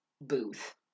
Booth